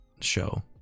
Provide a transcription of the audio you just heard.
show